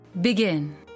begin